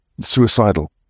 suicidal